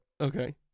Okay